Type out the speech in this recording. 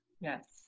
Yes